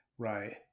Right